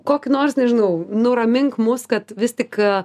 kokį nors nežinau nuramink mus kad vis tik